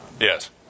Yes